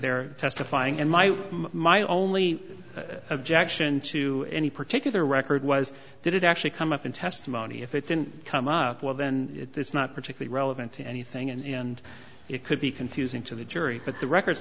there testifying and my my only objection to any particular record was that it actually come up in testimony if it didn't come up well then it's not particularly relevant to anything and it could be confusing to the jury but the records